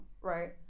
right